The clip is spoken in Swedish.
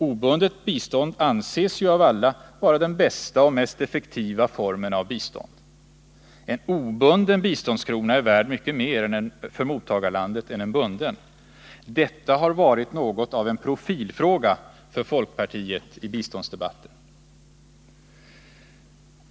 Obundet bistånd anses ju av alla vara den bästa och mest effektiva formen av bistånd. En obunden biståndskrona är värd mycket mer för mottagarlandet än en bunden. Detta har varit något av en profilfråga för folkpartiet i biståndsdebatten.